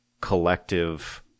collective